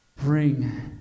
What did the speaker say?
bring